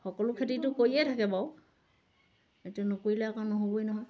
সকলো খেতিটো কৰিয়ে থাকে বাৰু এতিয়া নকৰিলে আকৌ নহ'বই নহয়